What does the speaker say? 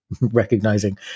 recognizing